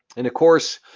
and of course,